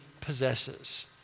possesses